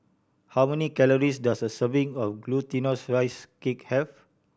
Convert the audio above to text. how many calories does a serving of Glutinous Rice Cake have